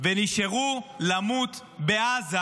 ונשארו למות בעזה